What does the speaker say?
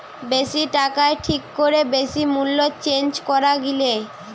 বেশি টাকায় ঠিক করে বেশি মূল্যে চেঞ্জ করা গিলে